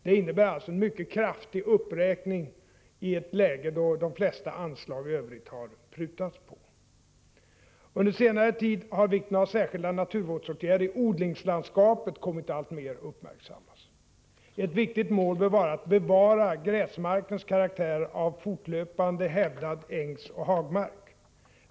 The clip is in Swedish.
Det innebär en mycket kraftig uppräkning i ett läge där det prutats på de flesta övriga anslag. Prot. 1985/86:66 Under senare tid har vikten av särskilda naturvårdsåtgärder i odlingsland 28 januari 1986 skapet kommit att alltmer uppmärksammas. Ett viktigt mål bör vara att bevara gräsmarkens karaktär av fortlöpande hävdad ängsoch hagmark.